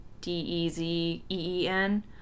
d-e-z-e-e-n